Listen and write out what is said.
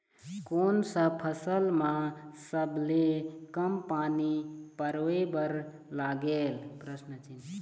कोन सा फसल मा सबले कम पानी परोए बर लगेल?